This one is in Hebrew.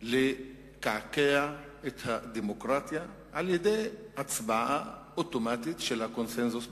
לקעקע את הדמוקרטיה על-ידי הצבעה אוטומטית של הקונסנזוס בכנסת.